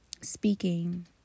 speaking